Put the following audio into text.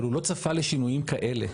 אבל הוא לא צפה לשינויים כאלה.